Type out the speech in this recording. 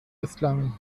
اسلامی